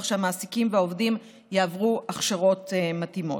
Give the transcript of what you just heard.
שהמעסיקים והעובדים יעברו הכשרות מתאימות.